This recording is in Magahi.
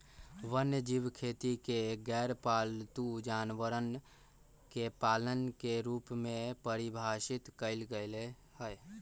वन्यजीव खेती के गैरपालतू जानवरवन के पालन के रूप में परिभाषित कइल गैले है